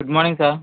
good morning sir